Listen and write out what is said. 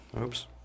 Oops